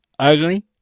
Ugly